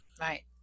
right